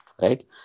Right